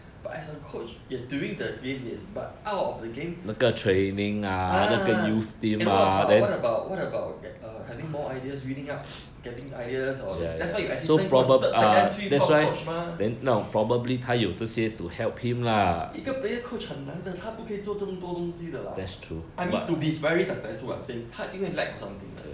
but as a coach yes doing the game yes but out of the game ah and what about what about what about ge~ err having more ideas reading up getting ideas all this that's why you assistant coach third second three top coach mah 一个 player coach 很难的他不可以做这么多东西的 lah I mean to be very successful [what] same 他因为 lack of something 的